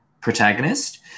protagonist